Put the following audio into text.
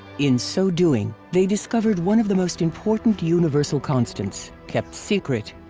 in so doing, they discovered one of the most important universal constants, kept secret.